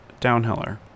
Downhiller